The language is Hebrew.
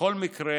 בכל מקרה,